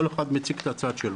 כל אחד מציג את הצד שלו,